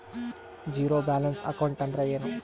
Zero balance account ಅಂದ್ರ ಏನು?